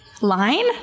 line